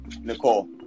Nicole